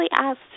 asked